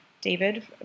David